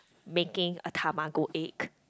making a Tamago egg